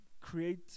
create